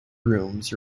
rooms